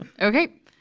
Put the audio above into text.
okay